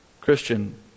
Christian